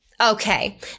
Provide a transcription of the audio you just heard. Okay